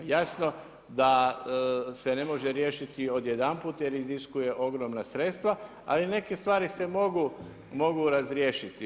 Jasno da se ne može riješiti odjedanput jer iziskuje ogromna sredstva ali neke stvari se mogu razriješiti.